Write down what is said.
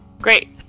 great